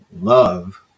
Love